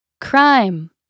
Crime